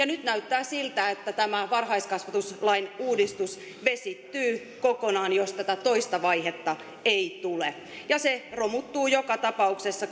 nyt näyttää siltä että tämä varhaiskasvatuslain uudistus vesittyy kokonaan jos tätä toista vaihetta ei tule se romuttuu joka tapauksessa